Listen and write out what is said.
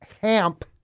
Hamp